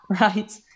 Right